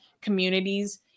communities